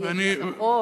אי-ידיעת החוק.